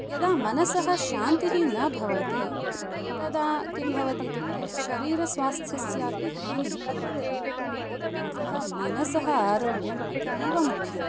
यदा मनसः शान्तिः न भवति तदा किं भवति इत्युक्ते शरीरस्वास्थ्यस्यापि हानिः भवति अतः मनसः आरोग्यम् अतीव मुख्यम्